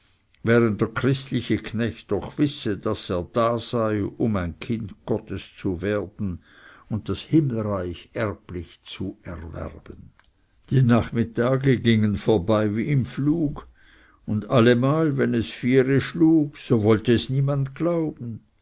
während der christliche knecht doch wisse daß er da sei um ein kind gottes zu werden und das himmelreich erblich zu erwerben die nachmittage gingen vorbei wie im fluge und allemal wenn es viere schlug wollte es niemand glauben